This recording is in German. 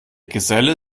geselle